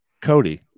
Cody